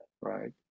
right